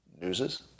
newses